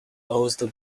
also